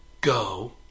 Go